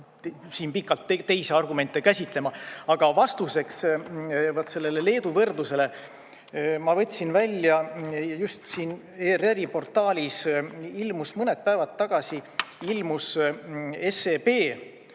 siin pikalt teisi argumente käsitlema. Vastuseks sellele Leedu võrdlusele. Ma võtsin välja, just siin ERR-i portaalis ilmus mõned päevad tagasi SEB